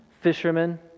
Fishermen